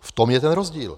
V tom je ten rozdíl.